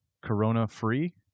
Corona-free